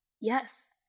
Yes